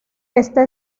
está